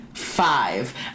Five